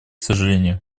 сожалению